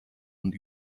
und